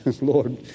Lord